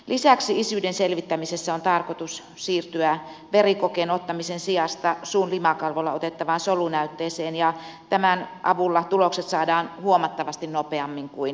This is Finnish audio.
lisäksi isyyden selvittämisessä on tarkoitus siirtyä verikokeen ottamisen sijasta suun limakalvolta otettavaan solunäytteeseen ja tämän avulla tulokset saadaan huomattavasti nopeammin kuin nykyisin